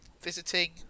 visiting